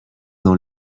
dans